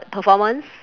performance